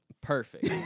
Perfect